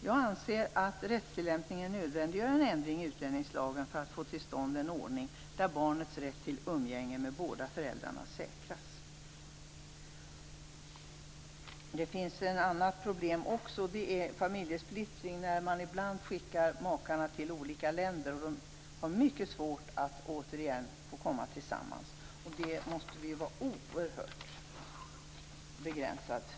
Jag anser att rättstillämpningen nödvändiggör en ändring i utlänningslagen för att få till stånd en ordning där barnets rätt till umgänge med båda föräldrarna säkras. Det finns också ett annat problem, och det är familjesplittring. Ibland skickar man makar till olika länder, och de har mycket svårt att återigen komma tillsammans. Detta måste vara oerhört begränsat, tycker jag.